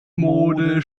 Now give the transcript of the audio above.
mode